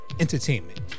Entertainment